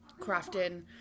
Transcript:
crafting